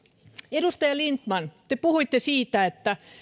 edustaja lindtman te puhuitte siitä että